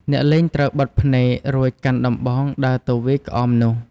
អ្នកលេងត្រូវបិទភ្នែក រួចកាន់ដំបងដើរទៅវាយក្អមនោះ។